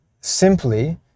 simply